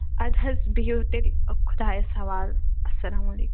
اَدٕ حظ بِہِو تیٚلہِ خۄدایَس حَوال اَسَلام وعَلیکُم